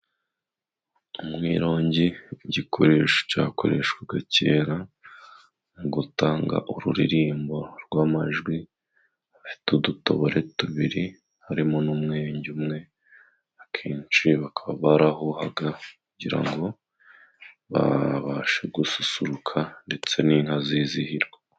Umwirongi ni igikoresho cyakoreshwaga cyera mu gutanga ururirimbo rw'amajwi ufite udutobore tubiri harimo n'umwenge umwe akenshi bakaba barahuhaga kugira ngo babashe gususuruka ndetse n'inka zizihirwa.